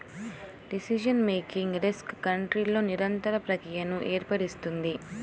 decision making risk కంట్రోల్ల నిరంతర ప్రక్రియను ఏర్పరుస్తుంది